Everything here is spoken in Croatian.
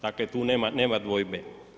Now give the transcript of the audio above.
Dakle tu nema dvojbe.